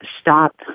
stop